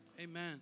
Amen